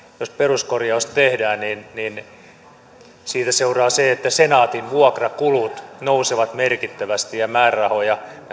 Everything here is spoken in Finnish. jos peruskorjaus tehdään niin siitä seuraa se että senaatin vuokrakulut nousevat merkittävästi ja määrärahoja